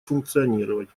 функционировать